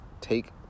take